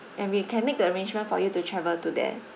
and we can make the arrangement for you to travel to there